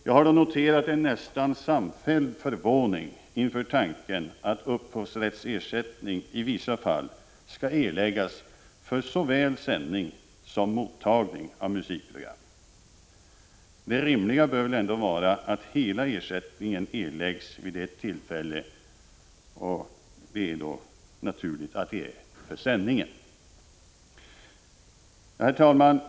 Jag har då noterat en nästan samfälld förvåning inför tanken att upphovsrättsersättning i vissa fall skall erläggas för såväl sändning som mottagning av musikprogram. Det rimliga bör ändå vara att hela ersättningen erläggs i ett sammanhang och då naturligtvis för sändningen. Herr talman!